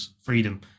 freedom